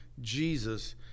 Jesus